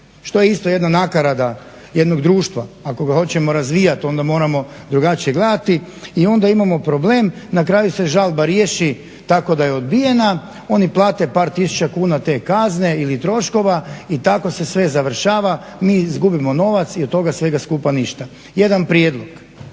Što je isto jedna nakarada jednog društva ako ga hoćemo razvijati onda moramo drugačije gledati. I onda imamo problem, na kraju se žalba riješi tako da je odbijena. Oni plate par tisuća kuna te kazne ili troškova i tako se sve završava. Mi izgubimo novac i od toga svega skupa ništa. Jedan prijedlog,